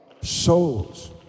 Souls